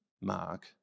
mark